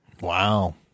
Wow